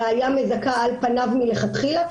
ראיה מזכה על פניו מלכתחילה,